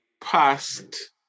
past